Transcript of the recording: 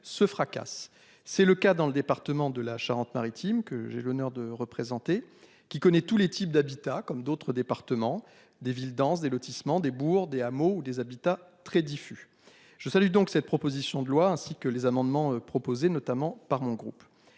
se fracasse. C'est le cas dans le département de la Charente-Maritime, que j'ai l'honneur de représenter qui connaît tous les types d'habitats comme d'autres départements des villes denses des lotissements des bourdes et hameaux ou des habitat très diffus. Je salue donc cette proposition de loi ainsi que les amendements proposés, notamment par mon groupe.